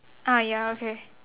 ah ya okay